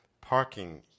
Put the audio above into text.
parking